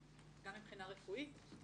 גם מבחינה רפואית.